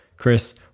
Chris